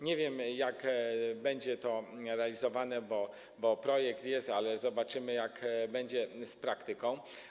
Nie wiem, jak będzie to realizowane, bo projekt jest, ale zobaczymy, jak będzie z praktyką.